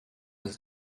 was